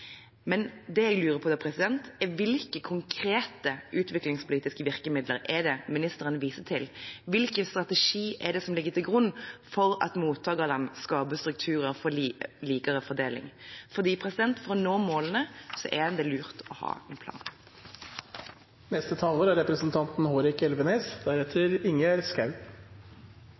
Men det jeg lurer på, er: Hvilke konkrete utviklingspolitiske virkemidler er det ministeren viser til? Hvilken strategi er det som ligger til grunn for at mottakerland skaper strukturer for en mer lik fordeling? For å nå målene er det lurt å ha en plan. Representanten